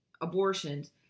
abortions